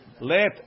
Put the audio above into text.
Let